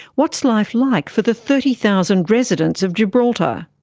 what is life like for the thirty thousand residents of gibraltar?